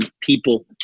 people